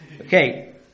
Okay